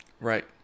Right